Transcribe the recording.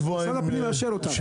משרד הפנים מאשר אותם.